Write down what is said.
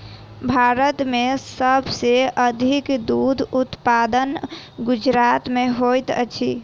भारत में सब सॅ अधिक दूध उत्पादन गुजरात में होइत अछि